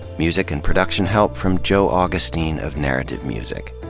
music and production help from joe augustine of narrative music.